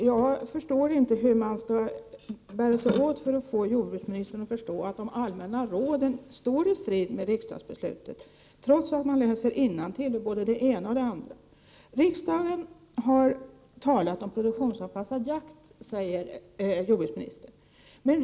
Herr talman! Jag vet inte hur man skall bära sig åt för att få jordbruksministern att förstå att de allmänna råden står i strid med riksdagsbeslutet — och detta trots att man läser innantill ur både det ena och det andra. Jordbruksministern säger att riksdagen har talat om produktionsanpassad jakt.